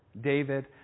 David